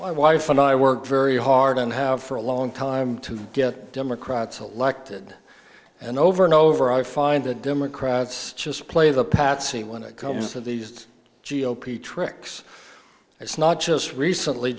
my wife and i work very hard and have for a long time to get democrats elected and over and over i find the democrats just play the patsy when it comes to the just g o p tricks it's not just recently